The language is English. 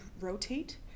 rotate